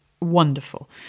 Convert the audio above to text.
wonderful